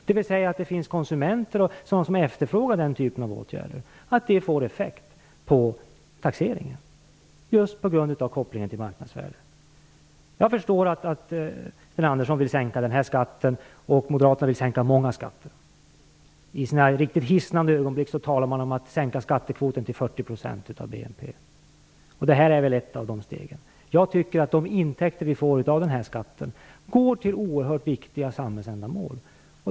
Det skall finnas konsumenter som efterfrågar den typen av åtgärder, och det skall få effekt på taxeringen just på grund av kopplingen till marknadsvärdet. Jag förstår att Sten Andersson vill sänka denna skatt. Moderaterna vill sänka många skatter. I sina riktigt hissnande ögonblick talar man om att sänka skattekvoten till 40 % av BNP. Detta är väl ett av de stegen. Jag tycker att de intäkter vi får av denna skatt går till oerhört viktiga samhällsändamål.